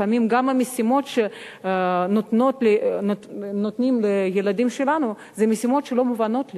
לפעמים גם המשימות שנותנים לילדים שלנו הן משימות שלא מובנות לי.